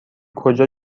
کجا